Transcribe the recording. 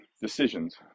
decisions